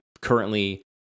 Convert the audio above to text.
currently